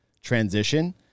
transition